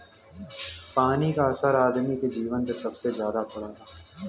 पानी क असर आदमी के जीवन पे सबसे जादा पड़ला